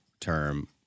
term